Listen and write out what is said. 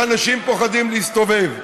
שאנשים פוחדים להסתובב בו.